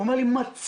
הוא אמר לי שהוא מצא